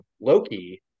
Loki